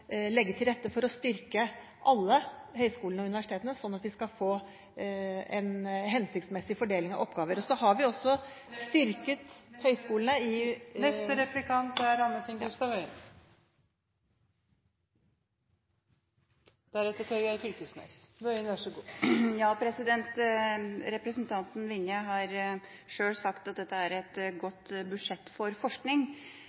legge til rette for å styrke alle høyskolene og alle universitetene, slik at de skal få en hensiktsmessig fordeling av oppgaver. Så har vi også styrket høyskolene i … Representanten Vinje har sjøl sagt at dette er et